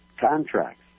contracts